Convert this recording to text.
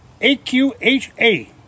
AQHA